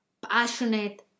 passionate